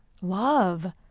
love